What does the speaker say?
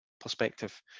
perspective